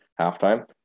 halftime